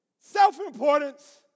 self-importance